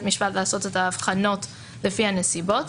המשפט לעשות את ההבחנות לפי הנסיבות.